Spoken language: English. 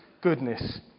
goodness